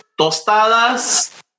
tostadas